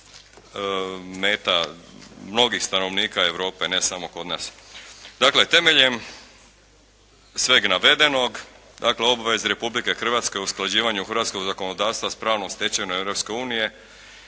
meta mnogih stanovnika Europe, ne samo kod nas. Dakle, temeljem sveg navedenog, dakle obavezi Republike Hrvatske o usklađivanju hrvatskog zakonodavstva s pravnom stečevinom